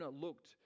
looked